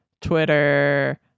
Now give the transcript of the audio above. Twitter